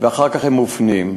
ואחר כך הם מופנים.